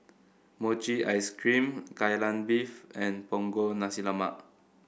Mochi Ice Cream Kai Lan Beef and Punggol Nasi Lemak